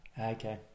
Okay